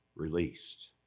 Released